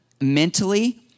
mentally